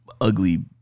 ugly